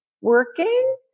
working